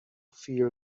feel